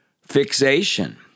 fixation